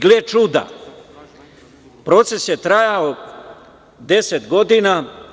Gle čuda, proces je trajao 10 godina.